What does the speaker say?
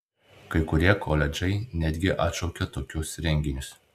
kai kurie koledžai netgi atšaukė tokius renginius